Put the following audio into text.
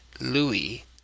louis